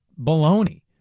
baloney